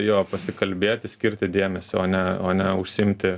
jo pasikalbėti skirti dėmesio o ne o ne užsiimti